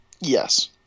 Yes